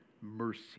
mercy